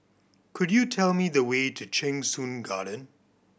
could you tell me the way to Cheng Soon Garden